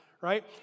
right